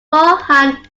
vaughan